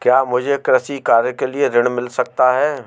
क्या मुझे कृषि कार्य के लिए ऋण मिल सकता है?